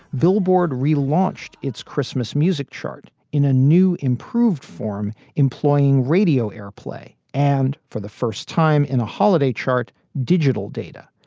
billboard relaunched its christmas music chart in a new, improved form, employing radio airplay and for the first time in a holiday chart, digital data.